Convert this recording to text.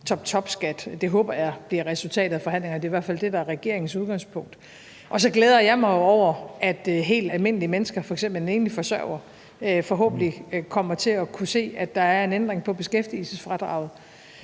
toptopskat. Det håber jeg bliver resultatet af forhandlingerne; det er i hvert fald det, der er regeringens udgangspunkt. Så glæder jeg mig jo over, at helt almindelige mennesker, f.eks. en enlig forsørger, forhåbentlig kommer til at kunne se, at en ændring på beskæftigelsesfradraget